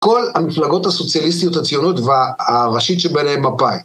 כל המפלגות הסוציאליסטיות הציוניות והראשית שביניהן מפ"י.